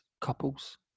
couples